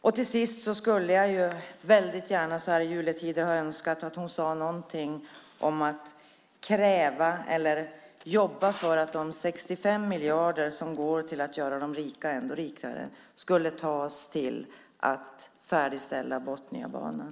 Slutligen hade jag så här i juletid önskat att hon sagt någonting om att hon ska jobba för att de 65 miljarder som nu går till att göra de rika ännu rikare i stället ska användas till att färdigställa Botniabanan.